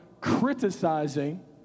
criticizing